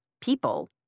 people